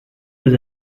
des